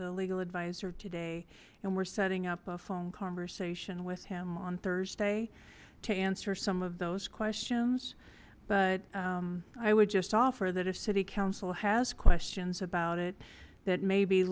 the legal adviser today and we're setting up a phone conversation with him on thursday to answer some of those questions but i would just offer that a city council has questions about it that may be